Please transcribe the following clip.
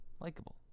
likable